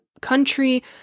country